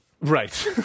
Right